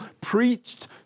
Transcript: preached